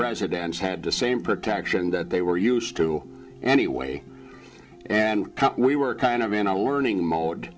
residents had the same protection that they were used to anyway and we were kind of and i learning